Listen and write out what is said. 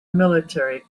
military